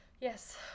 Yes